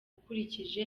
ukurikije